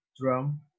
drum